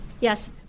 Yes